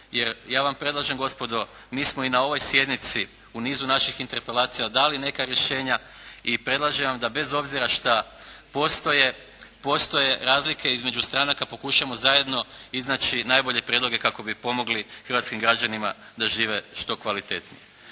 jer ja vam predlažem, gospodo mi smo i na ovoj sjednici u nizu naših interpelacija dali neka rješenja i predlažem vam da bez obzira što postoje razlike između stranaka, pokušajmo zajedno iznaći najbolje prijedloge kako bi pomogli hrvatskim građanima da žive što kvalitetnije.